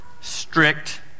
strict